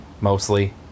mostly